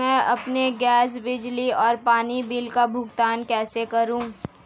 मैं अपने गैस, बिजली और पानी बिल का भुगतान कैसे करूँ?